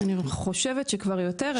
אני חושבת שכבר יותר.